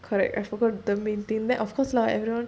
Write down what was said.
correct I forgot the main thing of course lah everyone